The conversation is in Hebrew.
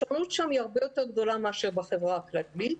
השונות שם היא הרבה יותר גדולה מאשר בחברה הכללית.